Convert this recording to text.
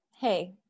hey